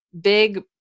big